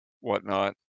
whatnot